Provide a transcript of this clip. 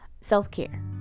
Self-care